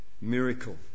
miracle